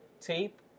tape